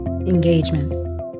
engagement